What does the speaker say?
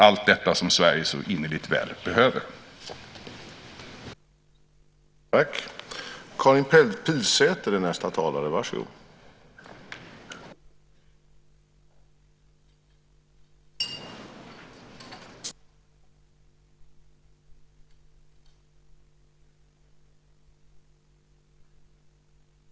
Allt detta är sådant som Sverige så innerligt väl behöver.